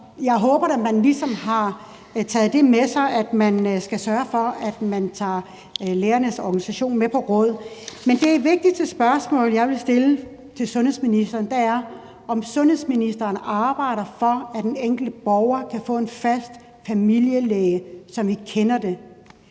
jeg håber da, at man ligesom har taget det med sig, at man skal sørge for, at man tager lægernes organisation med på råd. Men det vigtigste spørgsmål, jeg vil stille til sundhedsministeren, er, om sundhedsministeren arbejder for, at den enkelte borger kan få en fast familielæge, som vi kender det.